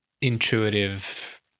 intuitive